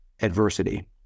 adversity